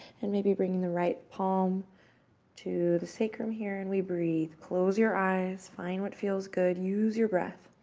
and maybe bringing the right palm to the sacrum here and we breathe. close your eyes. find what feels good. use your breath.